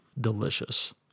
delicious